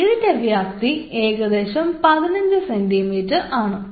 ഇതിൻറെ വ്യാപ്തി ഏകദേശം 15 സെൻറീമീറ്റർ ആണ്